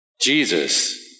Jesus